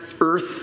earth